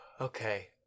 okay